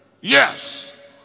Yes